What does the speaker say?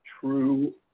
true